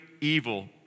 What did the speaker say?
evil